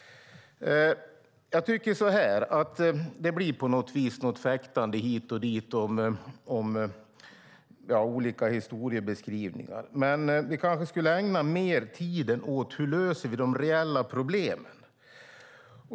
Jag tycker så här: Det blir på något vis ett fäktande hit och dit om olika historiebeskrivningar, men vi kanske skulle ägna tiden mer åt hur vi löser de reella problemen.